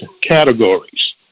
categories